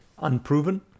Unproven